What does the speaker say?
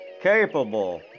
capable